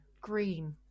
green